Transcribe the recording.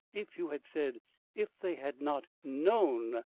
if you had said if they had not known,